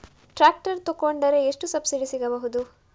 Tractor ತೊಕೊಂಡರೆ ಎಷ್ಟು subsidy ಸಿಗಬಹುದು?